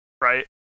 right